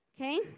Okay